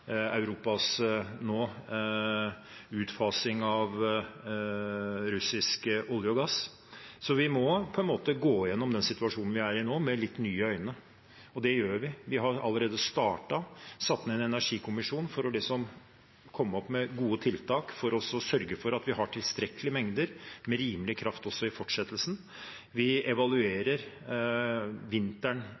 utfasing av russisk olje og gass. Vi må på en måte gå gjennom den situasjonen vi er i nå, med litt nye øyne, og det gjør vi. Vi har allerede startet, satt ned en energikommisjon for å komme opp med gode tiltak for å sørge for at vi har tilstrekkelige mengder rimelig kraft også i fortsettelsen. Vi evaluerer vinteren